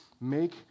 Make